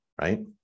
right